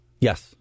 Yes